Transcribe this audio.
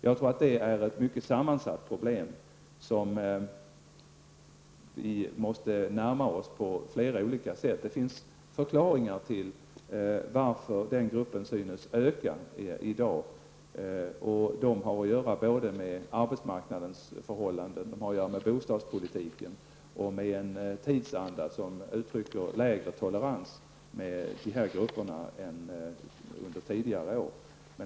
Jag tror att det är ett mycket sammansatt problem som vi måste närma oss på flera olika sätt. Det finns förklaringar till varför den gruppen synes öka i dag. Det har att göra med arbetsmarknadens förhållanden, bostadspolitiken och med en tidsanda som uttrycker en lägre tolerans med dessa grupper än under tidigare år.